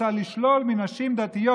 רוצה לשלול מנשים דתיות,